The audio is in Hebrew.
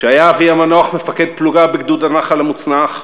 כשהיה אבי המנוח מפקד פלוגה בגדוד הנח"ל המוצנח,